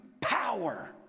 power